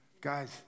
Guys